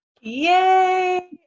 Yay